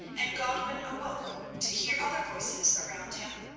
and godwin awoke to hear other voices around him,